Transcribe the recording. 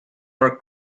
our